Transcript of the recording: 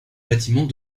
bâtiments